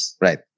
Right